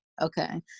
Okay